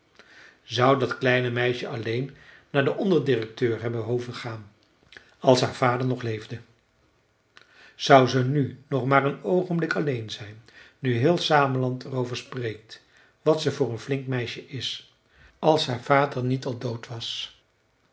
zou dat kleine meisje alleen naar den onderdirecteur hebben hoeven te gaan als haar vader nog leefde zou ze nu nog maar een oogenblik alleen zijn nu heel sameland er over spreekt wat ze voor een flink meisje is als haar vader niet al dood was